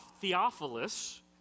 Theophilus